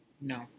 No